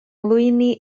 lwyni